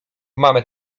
mamy